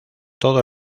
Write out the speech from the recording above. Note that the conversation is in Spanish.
todo